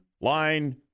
line